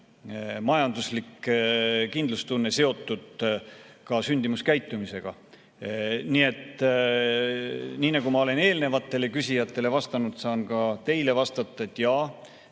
majanduslik kindlustunne seotud ka sündimuskäitumisega. Nii et nii nagu ma olen eelnevatele küsijatele vastanud, saan ka teile vastata, et jaa,